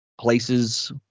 places